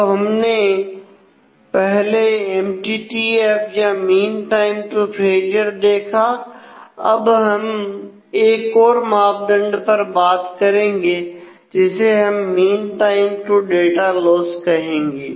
तो पहले हमने एमटीटीएफ या मीन टाइम टू फेलियर कहेंगे